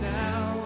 now